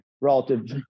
relative